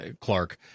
Clark